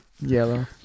yellow